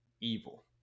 evil